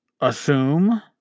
assume